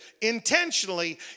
intentionally